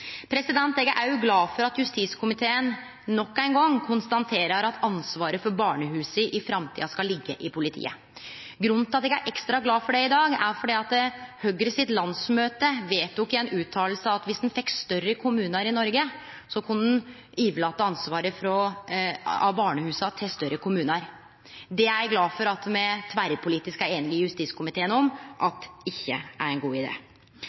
Eg er òg glad for at justiskomiteen nok ein gong konstaterer at ansvaret for barnehusa i framtida skal liggje hjå politiet. Grunnen til at eg er ekstra glad for det i dag, er at Høgre på landsmøtet vedtok ei fråsegn om at viss ein fekk større kommunar i Noreg, kunne ein overlate ansvaret for barnehusa til større kommunar. Eg glad for at me i justiskomiteen er tverrpolitisk einige om at dette ikkje er nokon god